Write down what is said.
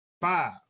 Five